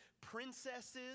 princesses